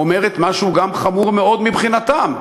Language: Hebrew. אומרת גם משהו חמור מאוד מבחינתם.